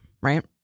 right